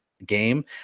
Game